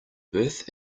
birth